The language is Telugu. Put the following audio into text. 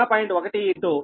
కనుక 0